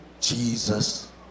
Jesus